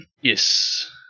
Yes